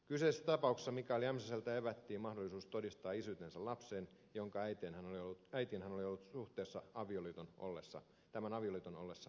kyseisessä tapauksessa mikael jämsäseltä evättiin mahdollisuus todistaa isyytensä lapseen jonka äitiin hän oli ollut suhteessa tämän avioliiton ollessa katkolla